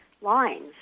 lines